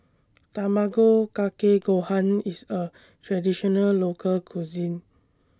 Tamago Kake Gohan IS A Traditional Local Cuisine